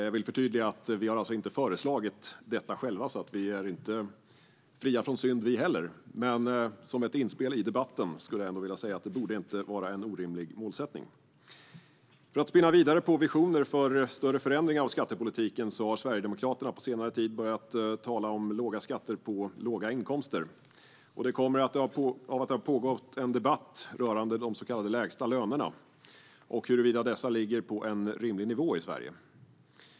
Jag vill förtydliga att Sverigedemokraterna inte har föreslagit detta, så vi är inte heller fria från synd, men som ett inspel i debatten borde det inte vara ett orimligt mål. För att spinna vidare på visioner för större förändringar av skattepolitiken har Sverigedemokraterna på senare tid börjat tala om låga skatter på låga inkomster. Detta kommer sig av att det pågått en debatt om huruvida de så kallade lägstalönerna ligger på en rimlig nivå i Sverige.